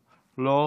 לא,